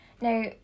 Now